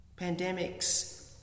Pandemics